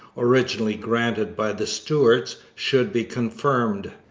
originally granted by the stuarts, should be confirmed.